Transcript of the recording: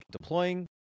deploying